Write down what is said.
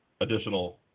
additional